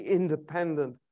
independent